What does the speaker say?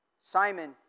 Simon